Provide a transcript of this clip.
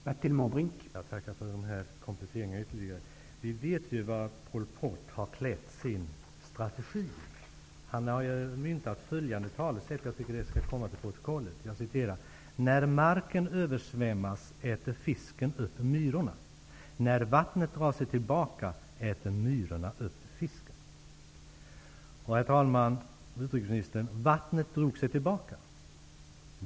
Herr talman! Jag tackar för de ytterligare kompletteringarna. Vi vet var Pol Pot har kläckt sin strategi. Han har myntat följande talesätt, som bör komma till protokollet: När marken översvämmas äter fisken upp myrorna. När vattnet drar sig tillbaka äter myrorna upp fisken. Herr talman och utrikesministern! Vattnet drog sig tillbaka.